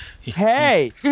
Hey